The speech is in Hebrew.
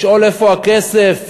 לשאול איפה הכסף ולהגיד: